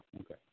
okay